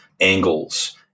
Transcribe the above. angles